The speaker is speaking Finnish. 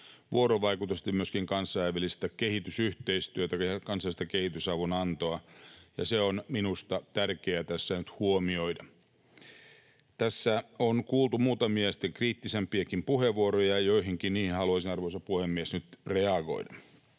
vuorovaikutusta ja myöskin kansainvälistä kehitysyhteistyötä, kansainvälistä kehitysavun antoa. Se on minusta tärkeää tässä nyt huomioida. Tässä on kuultu muutamia kriittisempiäkin puheenvuoroja, ja joihinkin niistä haluaisin, arvoisa puhemies, nyt reagoida.